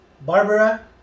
Barbara